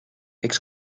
eks